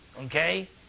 okay